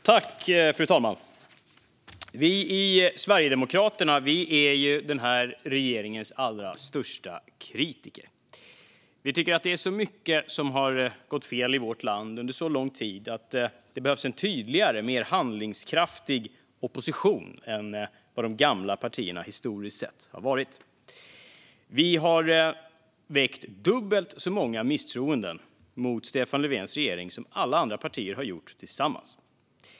Fru talman! Sverigedemokraterna är regeringens allra största kritiker. Vi tycker att det är så mycket som har gått fel i vårt land under så lång tid att det behövs en tydligare och mer handlingskraftig opposition än vad de gamla partierna historiskt sett har varit. Vi har väckt dubbelt så många misstroenden mot Stefans Löfvens regering som alla andra partier tillsammans.